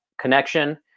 connection